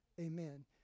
Amen